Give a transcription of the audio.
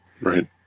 Right